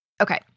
Okay